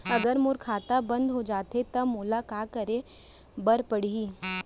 अगर मोर खाता बन्द हो जाथे त मोला का करे बार पड़हि?